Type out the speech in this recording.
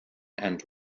and